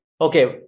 okay